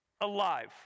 alive